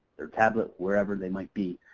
their tablet, wherever they might be,